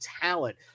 talent